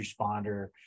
responder